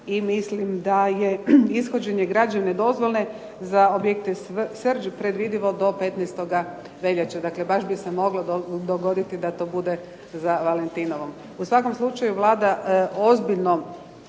mislim da je ishođenje građevne dozvole za objekte Srđ predvidivo do 15. veljače. Dakle baš bi se moglo dogoditi da to bude za Valentinovo. U svakom slučaju Vlada ozbiljno